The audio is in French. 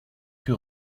que